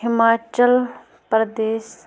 Himachal Pradesh